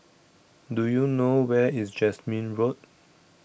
do you know where is Jasmine Road